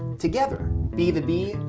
together. be the bee,